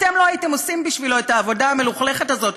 אתם לא הייתם עושים בשבילו את העבודה המלוכלכת הזאת.